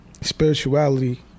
spirituality